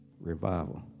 revival